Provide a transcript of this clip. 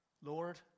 Lord